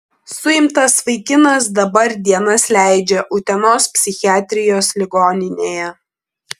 suimtas vaikinas dabar dienas leidžia utenos psichiatrijos ligoninėje